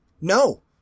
No